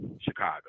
Chicago